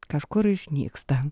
kažkur išnyksta